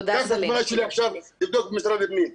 קח את התמונה שלי עכשיו, תבדוק במשרד הפנים.